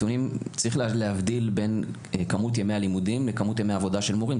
צריך להבדיל בין כמות ימי הלימודים לבין כמות ימי העבודה של מורים,